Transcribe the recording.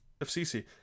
fcc